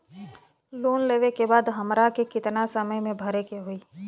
Loan लेवे के बाद हमरा के कितना समय मे भरे के होई?